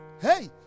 hey